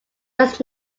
does